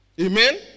Amen